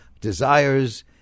desires